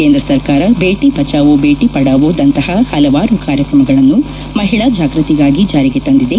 ಕೇಂದ್ರ ಸರ್ಕಾರ ಬೇಟಿ ಬಚಾವೋ ಬೇಟಿ ಪಡಾವೋನಂತಹ ಹಲವಾರು ಕಾರ್ಯಕ್ರಮಗಳನ್ನು ಮಹಿಳಾ ಜಾಗೃತಿಗಾಗಿ ಜಾರಿಗೆ ತಂದಿದೆ